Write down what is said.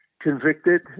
convicted